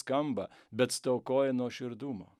skamba bet stokoja nuoširdumo